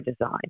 design